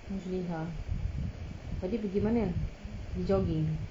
muslihah tadi pergi mana pergi jogging